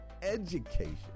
education